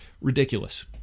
Ridiculous